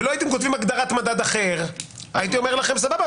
ולא הייתם כותבים הגדרת "מדד אחר" הייתי אומר לכם סבבה,